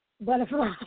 Butterfly